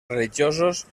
religiosos